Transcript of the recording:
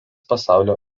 pasaulio